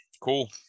Cool